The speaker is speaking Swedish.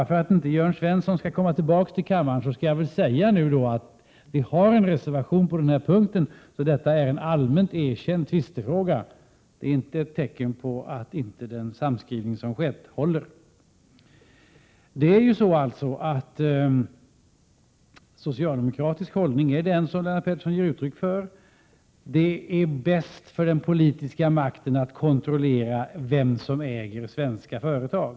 För att Jörn Svensson inte skall komma tillbaka till kammaren skall jag säga att vi har skrivit en reservation med anledning av detta, så detta är en allmänt erkänd tvistefråga och inte ett tecken på att den samskrivning som skett inte håller. Den socialdemokratiska hållningen är den som Lennart Pettersson ger uttryck för, dvs. att det är bäst för den politiska makten att kontrollera vem som äger svenska företag.